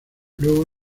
luego